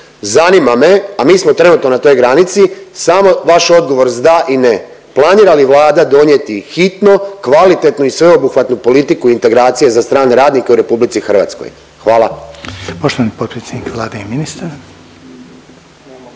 Zanima me, a mi smo trenutno na toj granici, samo vaš odgovor s da i ne, planira li Vlada donijeti hitno kvalitetnu i sveobuhvatnu politiku integracije za strane radnike u RH? Hvala.